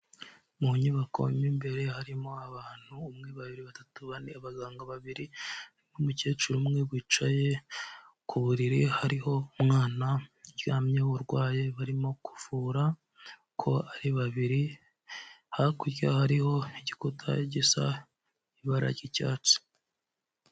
Mu nyubako mo imbere harimo abantu umwe, babiri, batatu, bane, abaganga babiri n'umukecuru umwe wicaye, ku buriri hariho umwana uryamye urwaye barimo kuvura uko ari babiri hakurya harihoho igikuta gisa n'ibara ry'icyatsi.